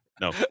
No